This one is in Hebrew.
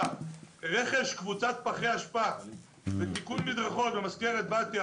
רכש פחי אשפה ותיקון מדרכות במזכרת בתיה